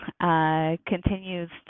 continues